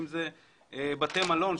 אם אלה בתי מלון,